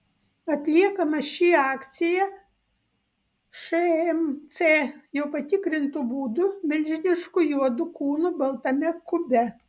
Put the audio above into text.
atliekama ši akcija šmc jau patikrintu būdu milžinišku juodu kūnu baltame kube